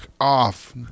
off